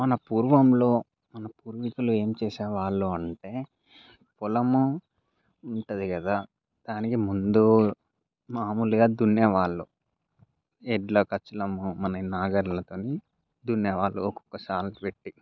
మన పూర్వంలో మన పూర్వికులు ఏంచేసేవాళ్లు అంటే పొలము ఉంటుంది కదా దానికి ముందు మాములుగా దున్నేవాళ్లు ఎడ్ల కచలము మళ్ళీ నాగలితోటి దున్నేవాళ్లు ఒక్కొక్కసారి పెట్టి